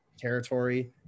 territory